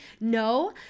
no